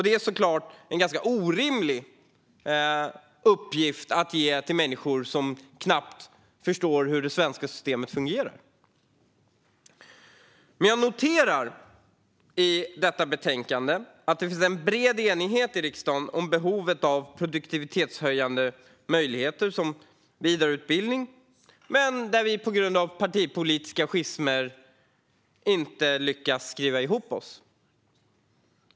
Det är såklart en ganska orimlig uppgift för människor som knappt förstår hur det svenska systemet fungerar. Jag noterar i detta betänkande att det finns en bred enighet i riksdagen om behovet av produktivitetshöjande möjligheter som vidareutbildning men att vi på grund av partipolitiska schismer inte lyckas skriva ihop oss.